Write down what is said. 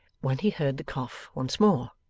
when he heard the cough once more.